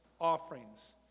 offerings